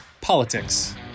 politics